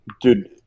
Dude